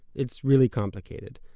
it's really complicated,